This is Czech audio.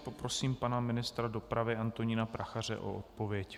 Poprosím pana ministra dopravy Antonína Prachaře o odpověď.